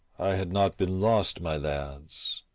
i had not been lost, my lads.